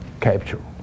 capture